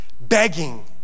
begging